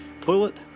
toilet